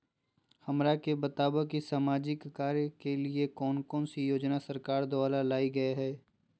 हमरा के बताओ कि सामाजिक कार्य के लिए कौन कौन सी योजना सरकार द्वारा लाई गई है?